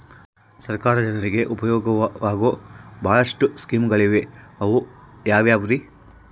ಸರ್ಕಾರ ಜನರಿಗೆ ಉಪಯೋಗವಾಗೋ ಬಹಳಷ್ಟು ಸ್ಕೇಮುಗಳಿವೆ ಅವು ಯಾವ್ಯಾವ್ರಿ?